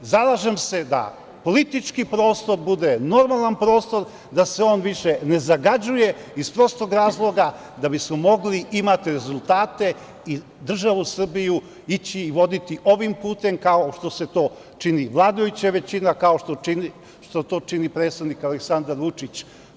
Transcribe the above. Zalažem se da politički prostor bude normalan prostor, da se on više ne zagađuje iz prostog razloga da bi smo mogli imati rezultate i državu Srbiju voditi i ići ovim putem, kao što to čini vladajuća većina, kao što to čini predsednik Aleksandar Vučić.